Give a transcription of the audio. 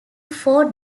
four